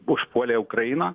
užpuolė ukrainą